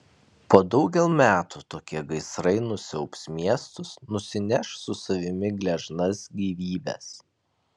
po daugel metų tokie gaisrai nusiaubs miestus nusineš su savimi gležnas gyvybes